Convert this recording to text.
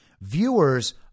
Viewers